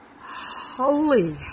holy